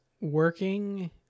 working